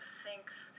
sinks